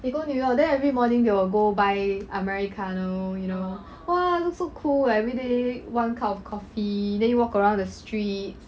they go new york then every morning they will go buy americano you know !wah! look so cool everyday one cup of coffee then you walk around the streets